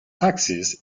axis